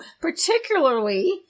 particularly